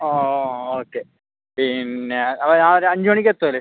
okay പിന്നെ അപ്പം നാളെ ഒരു അഞ്ച് മണിക്ക് എത്തൂലേ